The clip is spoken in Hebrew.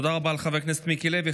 תודה רבה לחבר הכנסת מיקי לוי.